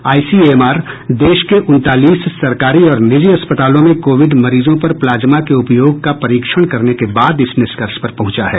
आई C M R देश के उनतालीस सरकारी और निजी अस्पतालों में कोविड मरीजों पर प्लाज्मा के उपयोग का परीक्षण करने के बाद इस निष्कर्ष पर पहुंचा है